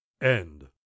End